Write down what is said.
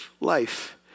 life